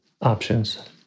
options